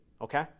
okay